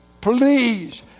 please